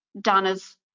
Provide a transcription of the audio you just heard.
Donna's